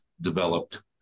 developed